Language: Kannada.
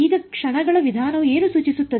ಈಗ ಕ್ಷಣಗಳ ವಿಧಾನವು ಏನು ಸೂಚಿಸುತ್ತದೆ